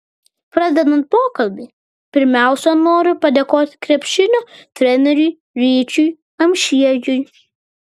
pradedant pokalbį pirmiausiai noriu padėkoti krepšinio treneriui ryčiui amšiejui